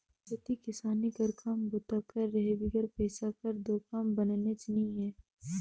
खेती किसानी कर काम बूता कर रहें बिगर पइसा कर दो काम बननेच नी हे